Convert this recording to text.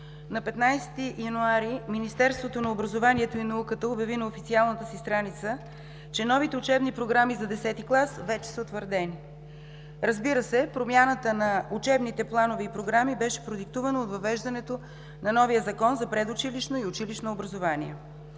на 15 януари Министерството на образованието и науката обяви на официалната си страница, че новите учебни програми за Х клас вече са утвърдени. Разбира се, промяната на учебните планове и програми беше продиктувана от въвеждането на новия Закон за предучилищното и училищното образование.